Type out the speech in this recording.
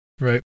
Right